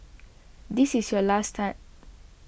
this is your last time